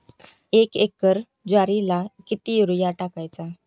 एक एकर ज्वारीला किती युरिया टाकायचा?